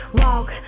walk